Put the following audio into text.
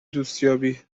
دوستیابی